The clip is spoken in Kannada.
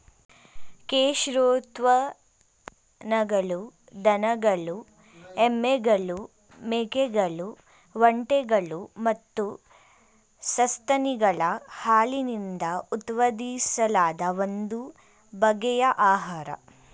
ಕ್ಷೀರೋತ್ಪನ್ನಗಳು ದನಗಳು ಎಮ್ಮೆಗಳು ಮೇಕೆಗಳು ಒಂಟೆಗಳು ಮತ್ತು ಸಸ್ತನಿಗಳ ಹಾಲಿನಿಂದ ಉತ್ಪಾದಿಸಲಾದ ಒಂದು ಬಗೆಯ ಆಹಾರ